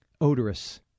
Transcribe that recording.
odorous